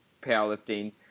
powerlifting